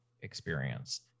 experience